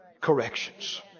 corrections